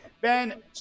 Ben